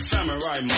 Samurai